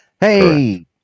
Hey